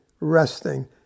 resting